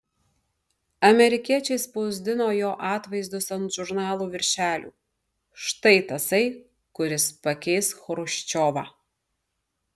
amerikiečiai spausdino jo atvaizdus ant žurnalų viršelių štai tasai kuris pakeis chruščiovą